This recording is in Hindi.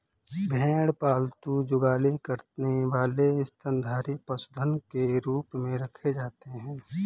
भेड़ पालतू जुगाली करने वाले स्तनधारी पशुधन के रूप में रखे जाते हैं